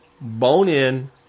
bone-in